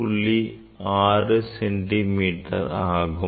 6 centimetre ஆகும்